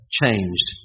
changed